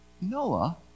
Noah